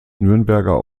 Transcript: nürnberger